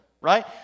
right